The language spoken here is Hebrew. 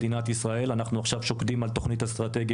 אני חושב שנתחיל מחיי אדם.